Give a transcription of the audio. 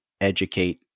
educate